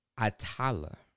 Atala